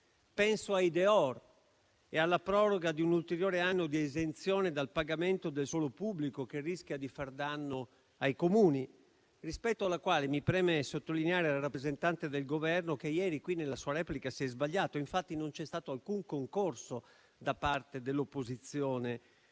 Penso ai *dehors* e alla proroga di un ulteriore anno di esenzione dal pagamento del suolo pubblico che rischia di far danno ai Comuni. Rispetto a questo mi preme sottolineare al rappresentante del Governo che ieri nella sua replica si è sbagliato; non c'è stato infatti alcun concorso da parte dell'opposizione